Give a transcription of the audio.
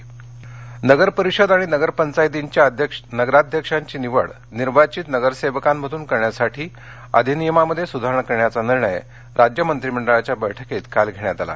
राज्य मंत्रीमंडळ नगरपरिषद आणि नगरपंचायतींच्या नगराध्यक्षांची निवड निर्वाचित नगरसेवकांमधून करण्यासाठी अधिनियमामध्ये सुधारणा करण्याचा निर्णय राज्य मंत्रीमंडळाच्या बैठकीत काल घेण्यात आला